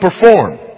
perform